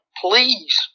please